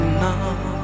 now